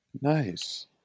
Nice